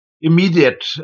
immediate